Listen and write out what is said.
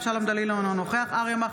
אינו נוכח שלום דנינו,